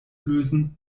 lösen